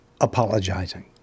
apologizing